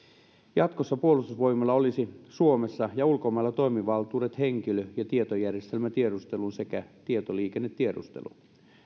jatkossa puolustusvoimilla olisi suomessa ja ulkomailla toimivaltuudet henkilö ja tietojärjestelmätiedusteluun sekä tietoliikennetiedusteluun